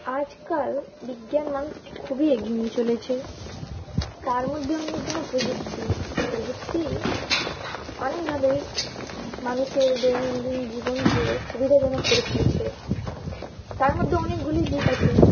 আজকাল বিজ্ঞান মানুষকে খুবই এগিয়ে নিয়ে চলেছে তার মধ্যে অন্যতম প্রযুক্তি প্রযুক্তি অনেকভাবেই মানুষের দৈনন্দিন জীবনকে সুবিধাজনক করে তুলেছে তার মধ্যে অনেকগুলি দিক আছে